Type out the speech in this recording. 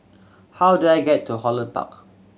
how do I get to Holland Park